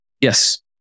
Yes